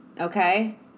Okay